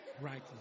Right